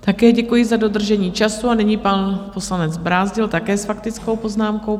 Také děkuji za dodržení času a nyní pan poslanec Brázdil, také s faktickou poznámkou.